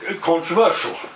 controversial